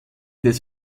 des